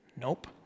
nope